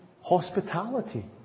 hospitality